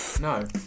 No